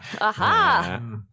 Aha